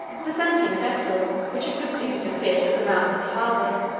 a byzantine vessel, which had presumed to fish at the mouth of the harbor,